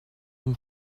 une